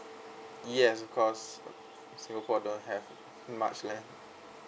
yes of course singapore don't have much land